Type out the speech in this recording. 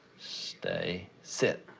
stay. sit.